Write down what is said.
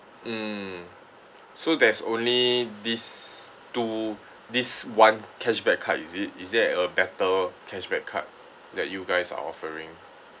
mm so there's only these two this one cashback card is it is there a better cashback card that you guys are offering